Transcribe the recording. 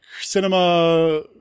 Cinema